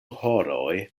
horoj